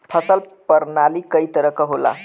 फसल परनाली कई तरह क होला